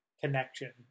connection